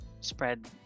spread